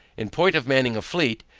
in point of manning a fleet,